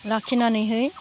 लाखिनानैहै